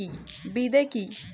বিদে কি?